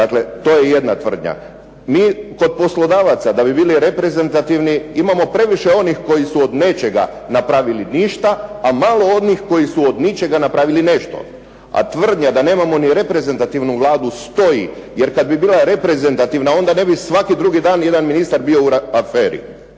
Dakle, to je jedna tvrdnja. Mi kod poslodavaca da bi bili reprezentativni, imamo previše onih koji su od nečega napravili ništa, a malo onih koji su od ničega napravili nešto. A tvrdnja da nemamo ni reprezentativnu Vladu stoji, jer kada bi bila reprezentativna onda ne bi svaki drugi dan jedan ministar bio u aferi.